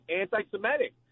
anti-Semitic